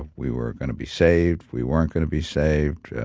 ah we were going to be saved, we weren't going to be saved.